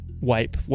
wipe